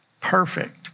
perfect